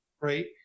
right